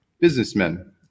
businessmen